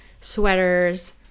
sweaters